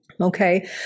Okay